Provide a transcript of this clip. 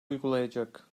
uygulayacak